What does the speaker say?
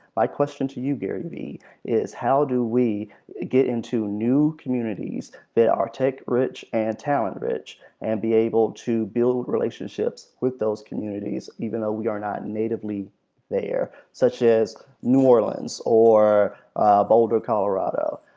my question to you garyvee is how do we get into new communities that are tech rich and talent rich and be able to build relationships with those communities even though we are not natively there. such as new orleans or boulder, colorado.